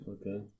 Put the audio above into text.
Okay